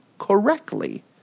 correctly